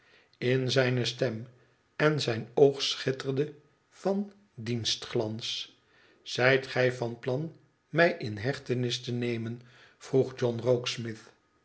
in zijne stem en zijn oog schitterde van dienstglans zijt gij van plan mij in hechtenis te nemen vroeg john